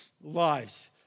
lives